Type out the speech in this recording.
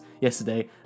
yesterday